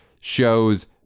shows